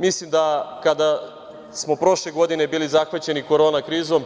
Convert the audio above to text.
Mislim da kada smo prošle godine bili zahvaćeni korona krizom